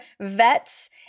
vets